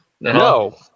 No